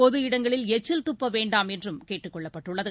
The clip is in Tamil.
பொது இடங்களில் எச்சில் துப்ப வேண்டாம் என்றும் கேட்டுக் கொள்ளப்பட்டுள்ளது